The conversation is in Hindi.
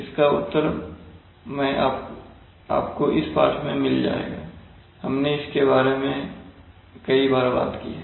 इसका उत्तर भी आपको इस पाठ में मिल जाएगा हमने इसके बारे में कई बार बात की है